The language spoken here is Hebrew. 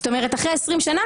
זאת אומרת אחרי 20 שנה